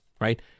right